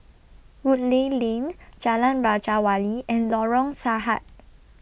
Woodleigh Lane Jalan Raja Wali and Lorong Sarhad